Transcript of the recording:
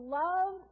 love